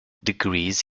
degrees